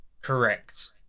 Correct